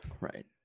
right